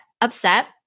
upset